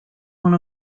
one